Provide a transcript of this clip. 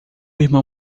irmão